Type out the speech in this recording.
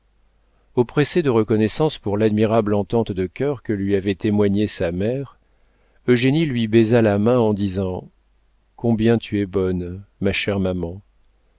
oppressée de reconnaissance pour l'admirable entente de cœur que lui avait témoignée sa mère eugénie lui baisa la main en disant combien tu es bonne ma chère maman